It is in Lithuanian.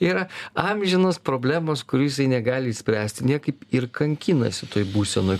yra amžinos problemos kurių jisai negali išspręsti niekaip ir kankinasi toj būsenoj